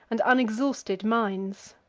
and unexhausted mines.